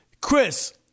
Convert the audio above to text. Chris